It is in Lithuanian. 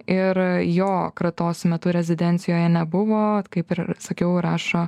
ir jo kratos metu rezidencijoje nebuvo kaip ir sakiau rašo